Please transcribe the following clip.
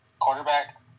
quarterback